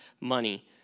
money